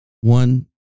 one